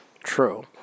True